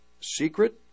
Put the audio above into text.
secret